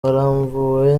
bwaramvuwe